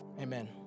Amen